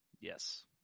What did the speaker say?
Yes